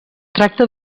tracta